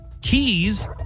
keys